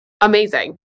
Amazing